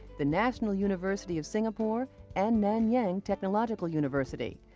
the national university of singapore and nanyang technological university,